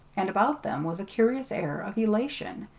and about them was a curious air of elation,